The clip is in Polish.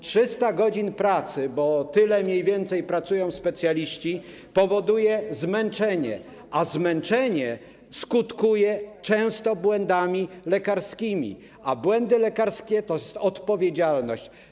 300 godz. pracy, bo tyle mniej więcej pracują specjaliści, powoduje zmęczenie, a zmęczenie skutkuje często błędami lekarskimi, a błędy lekarskie to odpowiedzialność.